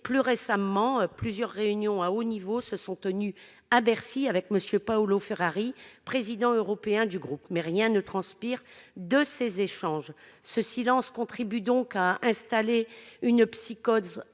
Plus récemment, plusieurs réunions à haut niveau se sont tenues, à Bercy, avec M. Paolo Ferrari, président européen du groupe. Mais rien ne transpire de ces échanges. Ce silence contribue à installer une psychose